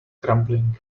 crumbling